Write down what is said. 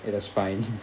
it was fine